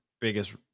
biggest